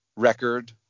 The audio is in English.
record